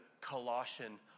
Colossian